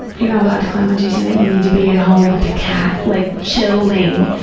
you're not allowed to climb on tuesday night. you need to be at home with the cat, like chilling.